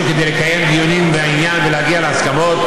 כדי לקיים דיונים בעניין ולהגיע להסכמות,